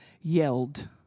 yelled